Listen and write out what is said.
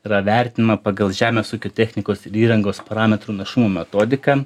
yra vertima pagal žemės ūkio technikos ir įrangos parametrų našumo metodiką